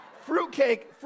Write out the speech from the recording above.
Fruitcake